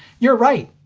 you're right.